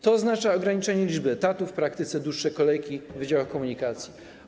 To oznacza ograniczenie liczby etatów i w praktyce dłuższe kolejki w wydziałach komunikacji.